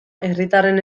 herritarren